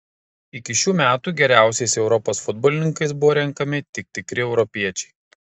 iki šių metų geriausiais europos futbolininkais buvo renkami tik tikri europiečiai